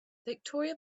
victoria